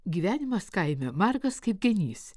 gyvenimas kaime margas kaip genys